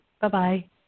Bye-bye